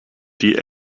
die